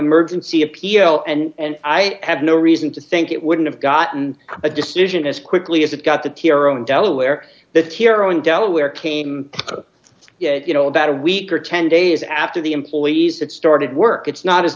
emergency appeal and i have no reason to think it wouldn't have gotten a decision as quickly as it got the tiro in delaware the hero in delaware came you know about a week or ten days after the employees that started work it's not as